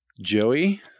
joey